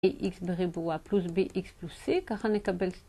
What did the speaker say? AX בריבוע פלוס BX פלוס C, ככה נקבל קטנה.